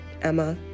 Emma